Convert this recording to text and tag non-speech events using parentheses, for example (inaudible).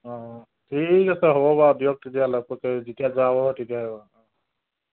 অঁ ঠিক আছে হ'ব বাৰু দিয়ক তেতিয়া (unintelligible) যেতিয়া যাব তেতিয়া অঁ